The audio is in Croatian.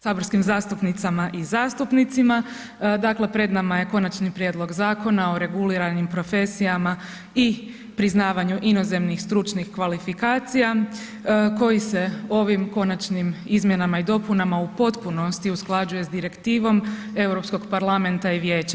saborskim zastupnicama i zastupnicima, dakle pred nama je Konačni prijedlog Zakona o reguliranim profesijama i priznavanju inozemnih stručnih kvalifikacija koji se ovim konačnim izmjenama i dopunama u potpunosti usklađuje s direktivom Europskog parlamenta i vijeća.